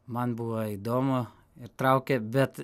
man buvo įdomu ir traukė bet